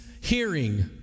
hearing